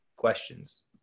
questions